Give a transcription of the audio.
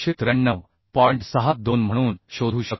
62 म्हणून शोधू शकतो